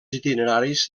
itineraris